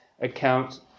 account